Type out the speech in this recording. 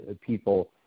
people